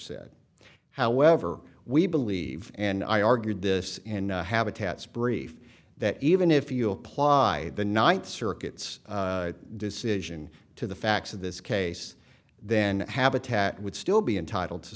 said however we believe and i argued this in habitats brief that even if you apply the ninth circuit's decision to the facts of this case then habitat would still be entitled to